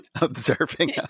observing